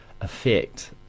effect